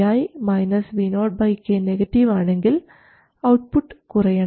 Vi Vo k negative ആണെങ്കിൽ output കുറയണം